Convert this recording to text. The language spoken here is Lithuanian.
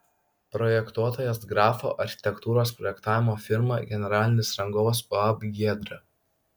projektuotojas grafo architektūros projektavimo firma generalinis rangovas uab giedra